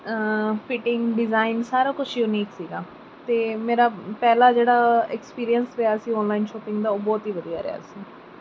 fitting design ਸਾਰਾ ਕੁਛ unique ਸੀਗਾ ਅਤੇ ਮੇਰਾ ਪਹਿਲਾ ਜਿਹੜਾ ਐਕਸਪੀਰੀਅੰਸ ਰਿਹਾ ਸੀ ਓਨਲਾਈਨ ਸ਼ੌਪਿੰਗ ਦਾ ਉਹ ਬਹੁਤ ਹੀ ਵਧੀਆ ਰਿਹਾ ਸੀ